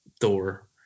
Thor